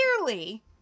clearly